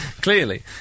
clearly